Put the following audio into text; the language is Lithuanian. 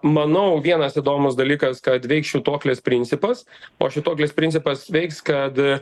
manau vienas įdomus dalykas kad veiks švytuoklės principas o švytuoklės principas veiks kad